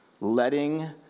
letting